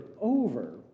over